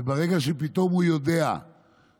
וברגע שפתאום הוא יודע שחלילה,